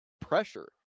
pressure